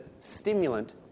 stimulant